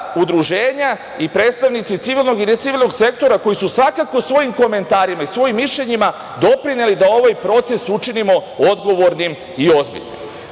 udruženja i predstavnici civilnog i necivilnog sektora koji su, svakako svojim komentarima i svojim mišljenjima doprineli da ovaj proces učinimo odgovornim i ozbiljnim. Poslednjih